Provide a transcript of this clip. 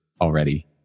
already